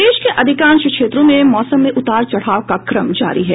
प्रदेश के अधिकांश क्षेत्रों में मौसम में उतार चढ़ाव का क्रम जारी है